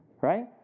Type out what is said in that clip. Right